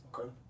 Okay